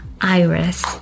iris